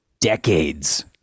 Decades